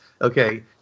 okay